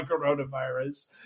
coronavirus